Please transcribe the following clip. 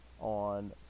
on